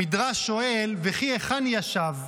המדרש שואל: וכי היכן ישב?